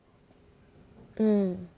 mm